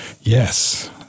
Yes